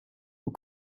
och